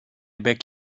beg